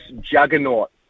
juggernaut